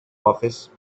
office